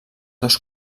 dos